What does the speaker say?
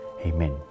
Amen